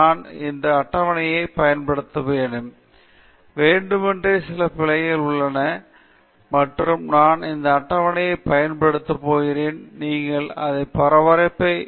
நான் இந்த அட்டவணையை பயன்படுத்த வேண்டும் வேண்டுமென்றே சில பிழைகள் உள்ளன மற்றும் நான் இந்த அட்டவணையை பயன்படுத்த போகிறேன் நீங்கள் அந்த பரபரப்பை